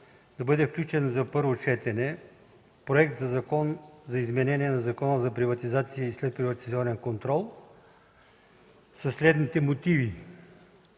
да бъде включен за първо четене Законопроект за изменение на Закона за приватизация и следприватизационен контрол със следните мотиви.